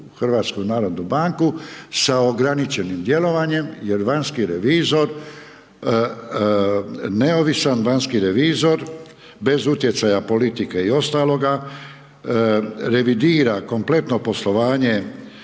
reviziju ulazi u HNB s ograničenim djelovanjem jer vanjski revizor, neovisan vanjski revizor, bez utjecaja politike i ostaloga, revidira kompletno poslovanje